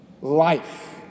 life